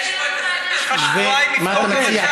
זה התחמקות,